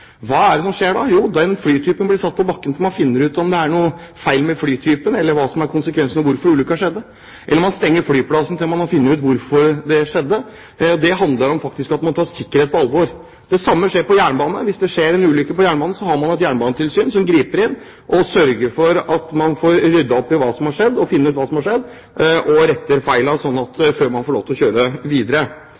hva er det som skjer da? Jo, den flytypen blir satt på bakken til man finner ut av om det er noe feil med flytypen og hvorfor ulykken skjedde, eller man stenger flyplassen. Det handler faktisk om at man tar sikkerhet på alvor. Det samme skjer på jernbanen. Hvis det skjer en ulykke på jernbanen, så har man et jernbanetilsyn som griper inn og sørger for at man får ryddet opp, finner ut hva som har skjedd og retter feilene før man får lov til å kjøre videre.